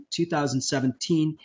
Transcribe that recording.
2017